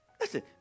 listen